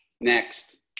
next